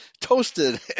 toasted